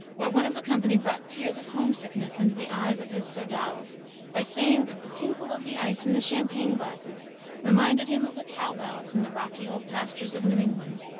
where one of the company brought tears of home-sickness into the eyes of his sodales by saying that the tinkle of the ice in the champagne-glasses reminded him of the cowbells in the rocky old pastures of new england.